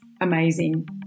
amazing